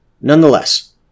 Nonetheless